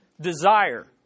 desire